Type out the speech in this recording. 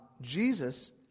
Jesus